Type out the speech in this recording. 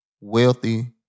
wealthy